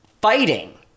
fighting